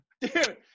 Dude